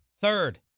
Third